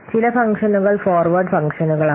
ചില ഫംഗ്ഷനുകൾ ഫോർവേഡ് ഫംഗ്ഷനുകളാണ്